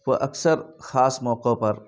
وہ اکثر خاص موقعوں پر